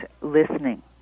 listening